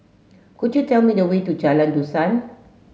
could you tell me the way to Jalan Dusan